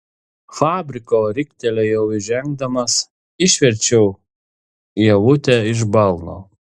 fabriko riktelėjau įžengdamas išverčiau ievutę iš balno